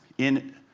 in